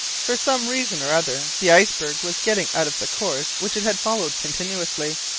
for some reason or other the iceberg was getting out of the course which it had followed continuously.